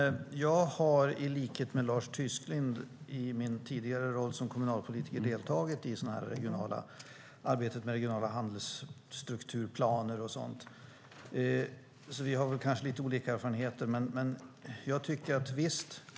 Herr talman! Jag har i likhet med Lars Tysklind i min tidigare roll som kommunalpolitiker deltagit i arbetet med regionala handelsstrukturplaner och sådant, och vi har kanske lite olika erfarenheter.